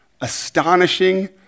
Astonishing